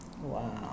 Wow